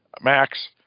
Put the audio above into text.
Max